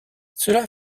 cela